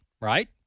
Right